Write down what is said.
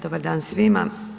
Dobar dan svima.